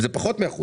זה פחות מאחוז.